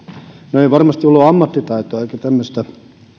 no ei varmasti ollut ammattitaitoa eikä tämmöistä